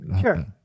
Sure